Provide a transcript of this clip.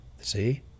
See